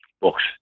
books